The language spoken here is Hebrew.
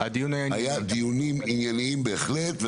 היו דיונים ענייניים בהחלט,